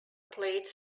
plate